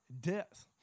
death